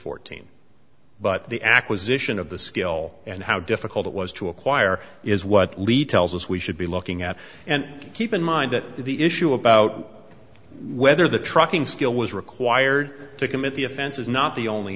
fourteen but the acquisition of the skill and how difficult it was to acquire is what lead tells us we should be looking at and keep in mind that the issue about whether the trucking skill was required to commit the offense is not the only